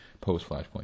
post-Flashpoint